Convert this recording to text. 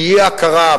זה אי-הכרה.